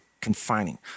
confining